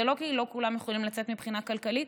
זה לא כי לא כולם יכולים לצאת מבחינה כלכלית,